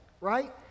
right